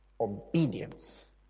Obedience